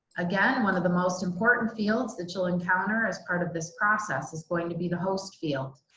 again, one of the most important fields that you'll encounter as part of this process is going to be the host field.